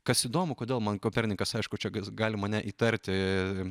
kas įdomu kodėl man kopernikas aišku čia kas gali mane įtarti